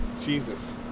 Jesus